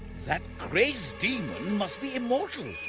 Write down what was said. that crazed demon must be immortal.